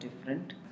different